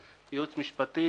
ייעוץ משפטי,